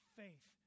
faith